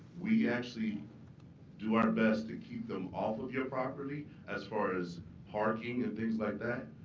we actually do our best to keep them off of your property as far as parking and things like that.